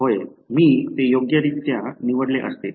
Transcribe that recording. होय मी ते योग्यरित्या निवडले असते